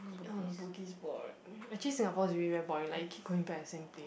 Bugis boring actually Singapore is really very boring like you keep going back the same place